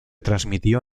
transmitió